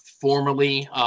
formerly